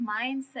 mindset